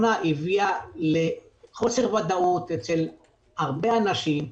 היא הביאה לחוסר ודאות אצל הרבה אנשים,